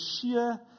sheer